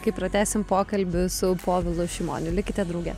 kai pratęsim pokalbį su povilu šimoniu likite drauge